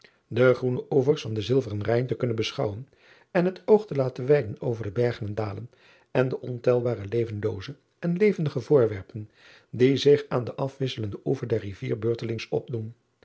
de groene oevers van den zilveren ijn te kunnen beschouwen en het oog te laten weiden over de bergen en dalen en de ontelbare levenlooze en levendige voorwerpen die zich aan den afwisselenden oever der rivier beurtelings opdoen